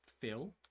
fill